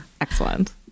Excellent